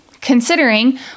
Considering